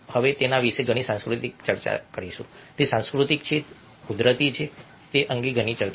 હવે તેના વિશે ઘણી સાંસ્કૃતિક ચર્ચા છે તે સાંસ્કૃતિક છે કે કુદરતી છે તે અંગે ઘણી ચર્ચા છે